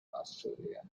australia